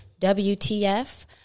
WTF